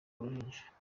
uruhinja